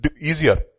easier